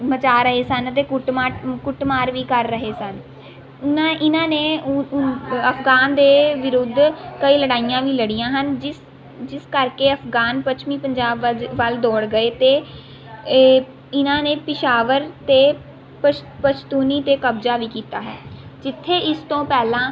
ਮਚਾ ਰਹੇ ਸਨ ਅਤੇ ਕੁੱਟਮਾਰ ਕੁੱਟਮਾਰ ਵੀ ਕਰ ਰਹੇ ਸਨ ਉਨ੍ਹਾਂ ਇਹਨਾਂ ਨੇ ਅਫਗਾਨ ਦੇ ਵਿਰੁੱਧ ਕਈ ਲੜਾਈਆਂ ਵੀ ਲੜੀਆਂ ਹਨ ਜਿਸ ਜਿਸ ਕਰਕੇ ਅਫਗਾਨ ਪੱਛਮੀ ਪੰਜਾਬ ਵੱਜ ਵੱਲ ਦੌੜ ਗਏ ਅਤੇ ਇਹ ਇਹਨਾਂ ਨੇ ਪਿਸ਼ਾਵਰ 'ਤੇ ਪਸ਼ਤੂਨੀ 'ਤੇ ਕਬਜ਼ਾ ਵੀ ਕੀਤਾ ਹੈ ਜਿੱਥੇ ਇਸ ਤੋਂ ਪਹਿਲਾਂ